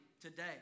today